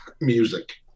music